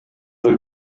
the